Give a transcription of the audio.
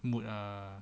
mood ah